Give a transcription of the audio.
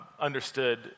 understood